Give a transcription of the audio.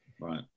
Right